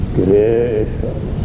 gracious